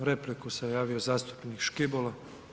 Za repliku se javio zastupnik Škibola.